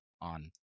on